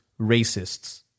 racists